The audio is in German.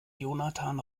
jonathan